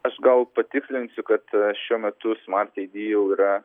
aš gal patikslinsiu kad šiuo metu smart id jau yra